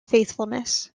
faithfulness